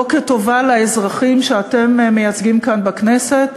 לא כטובה לאזרחים שאתם מייצגים כאן בכנסת.